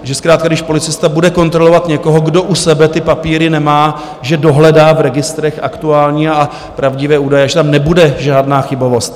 Že zkrátka když policista bude kontrolovat někoho, kdo u sebe ty papíry nemá, že dohledá v registrech aktuální a pravdivé údaje, že tam nebude žádná chybovost?